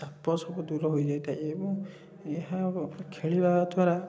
ଚାପ ସବୁ ଦୂର ହୋଇଯାଇଥାଏ ଏବଂ ଏହା ଖେଳିବା ଦ୍ୱାରା